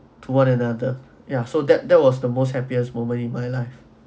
to one another ya so that that was the most happiest moment in my life